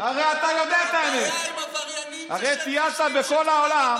כשאני נסעתי עם גלנט לאתיופיה כדי לפגוש את העולים,